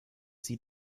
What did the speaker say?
sie